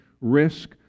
risk